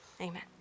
amen